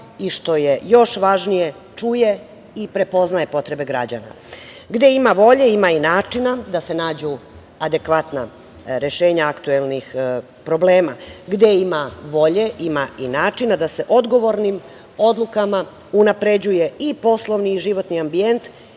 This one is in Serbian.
i, što je još važnije, čuje i prepoznaje potrebe građana. Gde ima volje, ima i načina da se nađu adekvatna rešenja aktuelnih problema. Gde ima volje, ima i načina da se odgovornim odlukama unapređuje i poslovni i životni ambijent